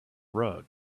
rug